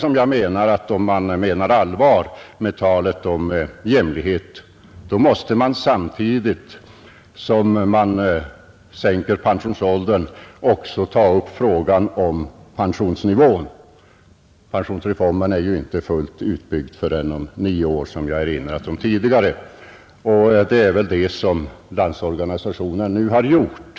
Om man menar allvar med talet om jämlikhet måste man alltså, anser jag, samtidigt som man sänker pensionsåldern också ta upp frågan om pensionsnivån. Pensionsreformen är ju inte fullt utbyggd förrän om nio år, som jag har erinrat om tidigare. Det är väl också detta som Landsorganisationen nu har gjort.